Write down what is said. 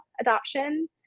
adoption